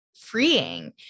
freeing